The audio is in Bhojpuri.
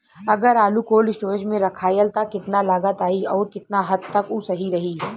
अगर आलू कोल्ड स्टोरेज में रखायल त कितना लागत आई अउर कितना हद तक उ सही रही?